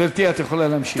גברתי, את יכולה להמשיך.